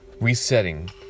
resetting